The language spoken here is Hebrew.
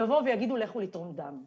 יגידו לכו לתרום דם.